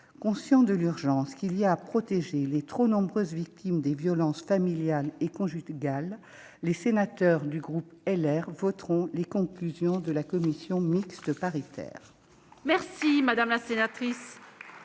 Conscients de l'urgence qu'il y a à protéger les trop nombreuses victimes des violences familiales et conjugales, les sénateurs du groupe Les Républicains voteront les conclusions de la commission mixte paritaire.